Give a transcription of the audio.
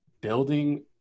building